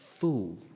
fool